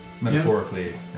Metaphorically